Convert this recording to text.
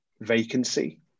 vacancy